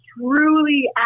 truly